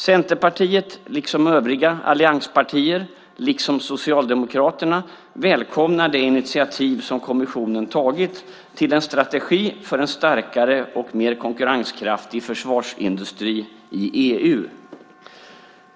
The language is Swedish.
Centerpartiet, liksom övriga allianspartier och Socialdemokraterna, välkomnar det initiativ som kommissionen har tagit till en strategi för en starkare och mer konkurrenskraftig försvarsindustri i EU.